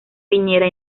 piñera